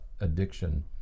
addiction